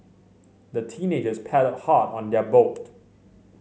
the teenagers paddled hard on their boat